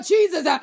Jesus